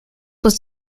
was